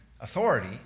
authority